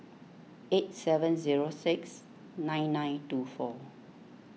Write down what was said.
eight seven zero six nine nine two four